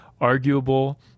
arguable